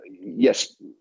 yes